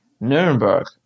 Nuremberg